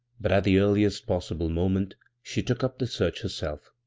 but at the eartiest possible moment she took up the search herself.